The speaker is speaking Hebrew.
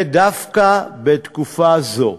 דווקא בתקופה זו,